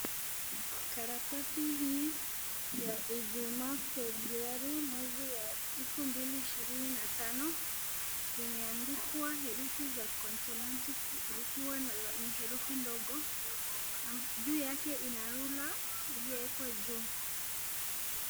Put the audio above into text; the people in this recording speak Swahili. Karatasi hii ya ijuma februari mwezi wa elfu mbili ishirini na tano, imeandikwa herufi za konsonanti zikiwa ni herufi ndogo, juu yake ina rula iliowekwa juu.